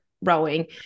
rowing